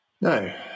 No